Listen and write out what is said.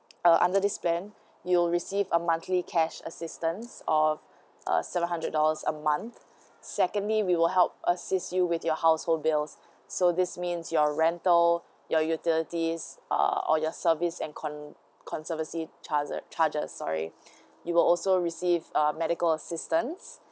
uh under this plan you'll receive a monthly cash assistance or uh seven hundred dollars a month secondly we will help assist you with your household bills so this means your rental your utilities uh or your service and con~ conservancy charg~ charges sorry you will also receive uh medical assistance